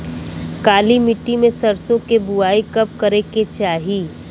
काली मिट्टी में सरसों के बुआई कब करे के चाही?